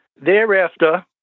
Thereafter